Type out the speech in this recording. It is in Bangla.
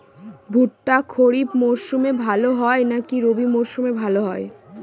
ভুট্টা খরিফ মৌসুমে ভাল হয় না রবি মৌসুমে ভাল হয়?